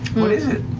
what is it?